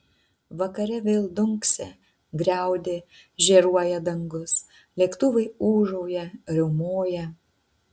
vakare vėl dunksi griaudi žėruoja dangus lėktuvai ūžauja riaumoja